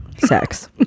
Sex